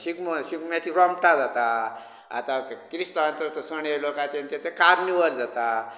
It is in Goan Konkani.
शिगमो शिगम्याची रोमटां जातात आतां क्रिरिस्तावाचो सण येयलो काय तो कार्निवाल जाता